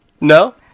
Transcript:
No